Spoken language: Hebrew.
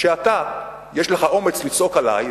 מפני שאתה יש לך אומץ לצעוק עלי,